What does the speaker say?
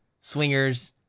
Swingers